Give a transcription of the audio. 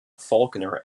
faulkner